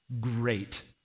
great